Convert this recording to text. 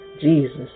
Jesus